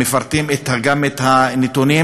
הם מפרטים גם את הנתונים.